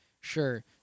Sure